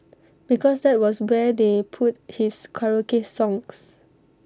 because that was where they put his karaoke songs